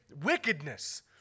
wickedness